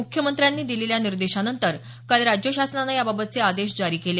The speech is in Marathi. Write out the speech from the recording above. मुख्यमंत्र्यांनी दिलेल्या निर्देशानंतर काल राज्य शासनानं याबाबतचे आदेश जारी केले